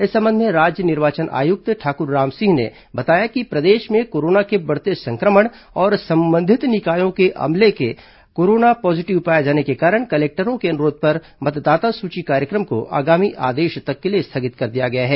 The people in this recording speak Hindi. इस संबंध में राज्य निर्वाचन आयुक्त ठाकुर रामसिंह ने बताया कि प्रदेश में कोरोना के बढ़ते संक्रमण और संबंधित निकायों के अमलों के कोरोना पॉजीटिव पाए जाने के कारण कलेक्टरों के अनुरोध पर मतदाता सूची कार्यक्रम को आगामी आदेश तक के लिए स्थगित कर दिया गया है